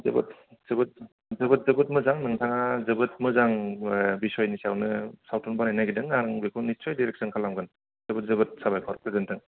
जोबोद जोबोद मोजां नोंथाङा जोबोद मोजां बिसयनि सायावनो सावथुन बानायनो नागिरदों आं बेखौ निच्सय डिरेक्श'न खालामगोन जोबोद जोबोद साबायखर गोजोनथों